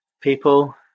people